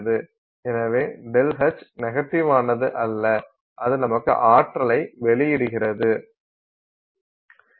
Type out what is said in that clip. எனவே ΔH நெகட்டிவானது அல்ல அது நமக்கு ஆற்றலை வெளியிடுகிறது